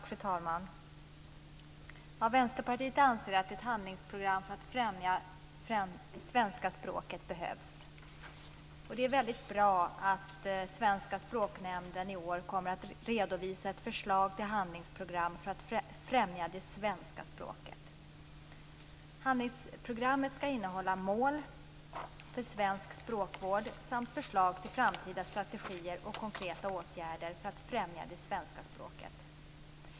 Fru talman! Vänsterpartiet anser att ett handlingsprogram för att främja svenska språket behövs. Det är väldigt bra att Svenska språknämnden i år kommer att redovisa ett förslag till handlingsprogram för att främja det svenska språket. Handlingsprogrammet skall innehålla mål för svensk språkvård samt förslag till framtida strategier och konkreta åtgärder för att främja det svenska språket.